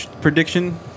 prediction